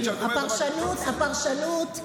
הפרשנות,